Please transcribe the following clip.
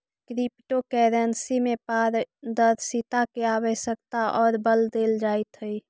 crypto currency में पारदर्शिता के आवश्यकता पर बल देल जाइत हइ